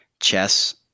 Chess